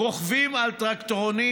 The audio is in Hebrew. רוכבים על טרקטורונים,